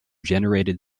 generated